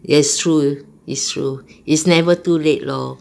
that's true it's true it's never too late lor